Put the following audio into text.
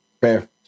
Fair